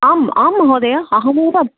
आम् आं महोदय अहमेव